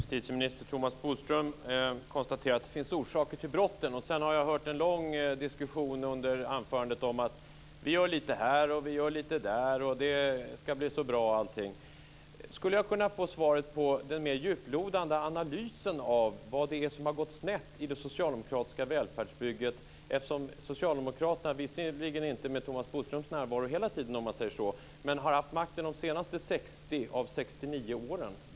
Fru talman! Justitieminister Thomas Bodström konstaterar att det finns orsaker till brotten. Jag hörde ett långt anförande om att man gör lite här och lite där och att det ska bli så bra. Skulle jag kunna få en mer djuplodande analys av vad det är som har gått snett i det socialdemokratiska välfärdsbygget? Socialdemokraterna har ju - Thomas Bodström har visserligen inte varit med hela tiden - haft makten de senaste 60 av 69 åren.